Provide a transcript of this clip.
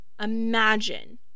imagine